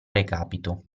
recapito